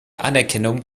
anerkennung